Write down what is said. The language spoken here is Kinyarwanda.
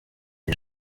ati